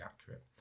accurate